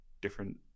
different